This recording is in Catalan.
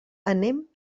anem